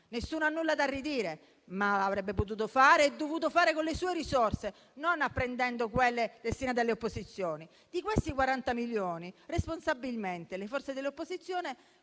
nessuno ha nulla da ridire, ma l'avrebbe potuto e dovuto fare con le sue risorse, non prendendo quelle destinate alle opposizioni. Con questi 40 milioni, responsabilmente le forze dell'opposizione